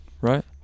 right